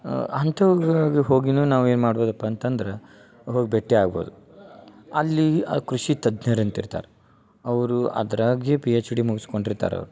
ಅಂಥವ್ಗ್ ಹೋಗಿನು ನಾವು ಏನು ಮಾಡ್ಬೋದಪ್ಪ ಅಂತಂದ್ರ ಹೋಗಿ ಭೇಟಿ ಆಗ್ಬೋದು ಅಲ್ಲಿ ಆ ಕೃಷಿ ತಜ್ಞರು ಅಂತ ಇರ್ತಾರೆ ಅವರು ಅದ್ರಾಗೆ ಪಿಎಚ್ ಡಿ ಮುಗ್ಸ್ಕೊಂಡು ಇರ್ತಾರ ಅವ್ರು